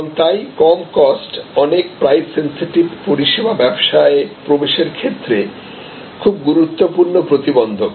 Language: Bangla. এবং তাই কম কস্ট অনেক প্রাইস সেনসিটিভ পরিষেবা ব্যবসায় প্রবেশের ক্ষেত্রে খুব গুরুত্বপূর্ণ প্রতিবন্ধক